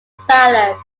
salads